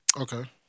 Okay